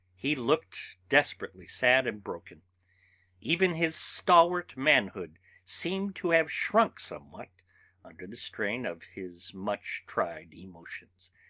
he looked desperately sad and broken even his stalwart manhood seemed to have shrunk somewhat under the strain of his much-tried emotions.